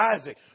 Isaac